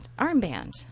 armband